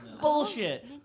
Bullshit